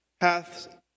hath